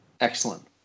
Excellent